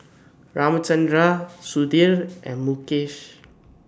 Ramchundra Sudhir and Mukesh